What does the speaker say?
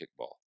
kickball